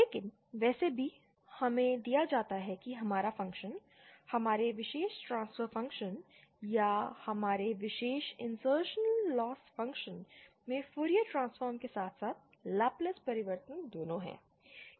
लेकिन वैसे भी हमें दिया जाता है कि हमारा फ़ंक्शन हमारे विशेष ट्रांसफर फ़ंक्शन या हमारे विशेष इंसर्शनल लॉस फ़ंक्शन में फूरियर ट्रांसफॉर्म के साथ साथ लाप्लास परिवर्तन दोनों हैं